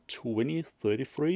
2033